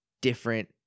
different